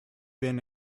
been